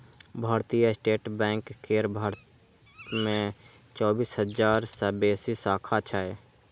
भारतीय state bank केर भारत मे चौबीस हजार सं बेसी शाखा छै